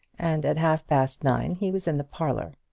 and at half-past nine he was in the parlour.